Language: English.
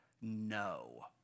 no